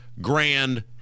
grand